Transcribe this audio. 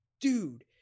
dude